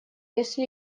если